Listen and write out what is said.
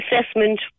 assessment